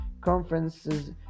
conferences